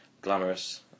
glamorous